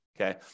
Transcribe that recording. okay